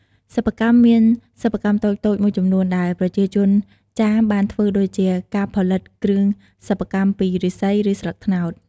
សិប្បកម្ម មានសិប្បកម្មតូចៗមួយចំនួនដែលប្រជាជនចាមបានធ្វើដូចជា ការផលិតគ្រឿងសិប្បកម្មពីឫស្សី ឬស្លឹកត្នោត។